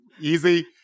easy